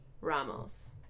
Ramos